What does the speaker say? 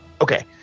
Okay